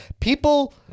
People